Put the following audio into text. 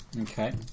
Okay